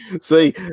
See